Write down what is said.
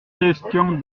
question